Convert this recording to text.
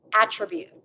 attribute